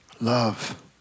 Love